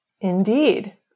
Indeed